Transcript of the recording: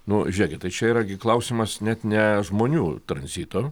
nu žiūrėkit tai čia yra gi klausimas net ne žmonių tranzito